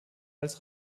als